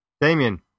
Damien